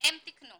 הם תיקנו